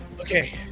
Okay